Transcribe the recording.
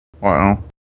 Wow